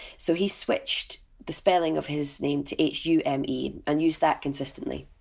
so he switched the spelling of his name to h u m e and use that consistently.